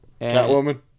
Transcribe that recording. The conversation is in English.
Catwoman